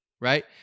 right